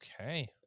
okay